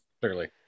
clearly